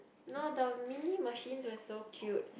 no the mini machines were so cute